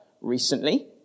recently